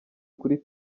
kuri